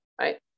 right